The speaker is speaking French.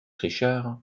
richard